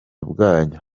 bwanyu